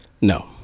No